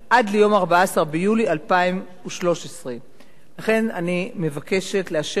עד יום 14 ביולי 2013. לכן אני מבקשת לאשר את